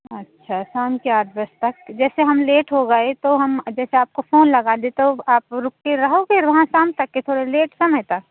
अच्छा शाम के आठ बजे तक जैसे हम लेट हो गए तो हम जैसे आपको फ़ोन लगा दिए तो आप रुके रहोगे फिर वहाँ शाम तक के थोड़ा लेट समय तक